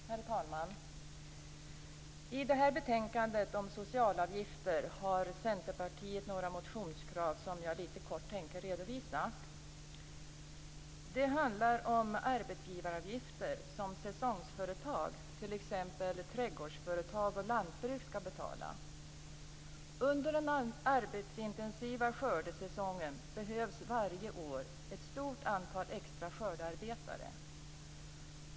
Herr talman! I det här betänkandet om socialavgifter har vi i Centerpartiet några motionskrav som jag litet kort tänker redovisa. Det handlar om arbetsgivaravgifter som säsongsföretag, t.ex. trädgårdsföretag och lantbruk, skall betala. Under den arbetsintensiva skördesäsongen behövs varje år ett stort antal extra skördearbetare.